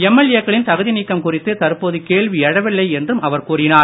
எம்எல்ஏக்களின் தகுதி நீக்கம் குறித்து தற்போது கேள்வி எழவில்லை என்றும் அவர் கூறினார்